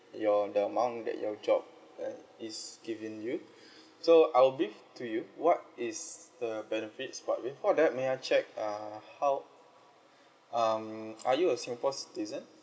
your the amount that your job uh is given you so I'll brief to you what is the benefits but before that may I check uh how um are you a singapore's citizen